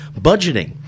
budgeting